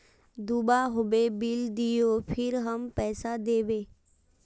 दूबा होबे बिल दियो फिर हम पैसा देबे?